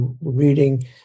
reading